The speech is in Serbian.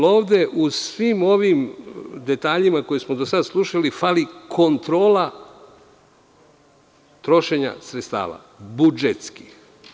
Ovde, u svim ovim detaljima koje smo do sada slušali fali kontrola trošenja sredstava budžetskih.